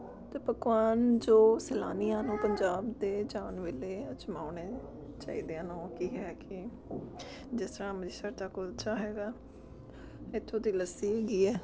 ਅਤੇ ਪਕਵਾਨ ਜੋ ਸੈਲਾਨੀਆਂ ਨੂੰ ਪੰਜਾਬ ਦੇ ਜਾਣ ਵੇਲੇ ਅਜ਼ਮਾਉਣੇ ਚਾਹੀਦੇ ਹਨ ਉਹ ਕੀ ਹੈ ਕਿ ਜਿਸ ਤਰ੍ਹਾਂ ਅੰਮ੍ਰਿਤਸਰ ਦਾ ਕੁਲਚਾ ਹੈਗਾ ਇੱਥੋਂ ਦੀ ਲੱਸੀ ਹੈਗੀ ਹੈ